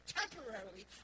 temporarily